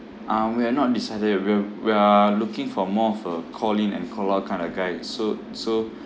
um we have not decided we we are looking for more of a call in and call out kind of guide so so